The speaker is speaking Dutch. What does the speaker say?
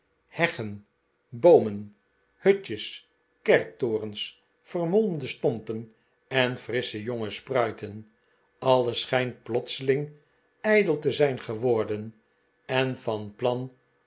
heggen boomen hutjes kerktorens vermolmde stompen en frissche jonge spruiten alles schijnt plotseling ijdel te zijn geworden en van plan